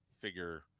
figure